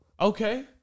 Okay